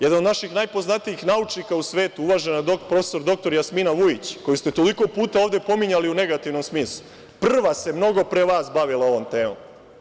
Jedan od naših najpoznatijih naučnika u svetu uvažena prof. dr Jasmina Vujić, koju ste toliko puta ovde pominjali u negativnom smislu, prva se mnogo pre vas bavila ovom temom.